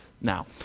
Now